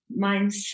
mindset